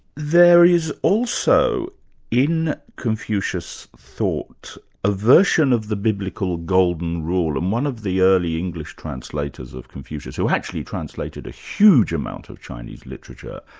there is also in confucius' thought a version of the biblical golden rule, and one of the early english translators of confucius who actually translated a huge amount of chinese literature,